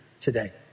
today